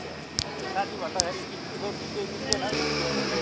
साँच्ची भन्दाखेरि इस्कुसहरू निस्के कि निस्के न हौ इस्कुसहरू